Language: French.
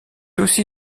aussi